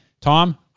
Tom